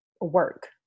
work